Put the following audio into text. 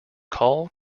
call